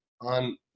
on